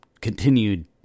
continued